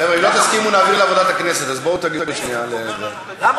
אז ועדת העבודה והרווחה, אוקיי?